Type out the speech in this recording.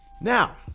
Now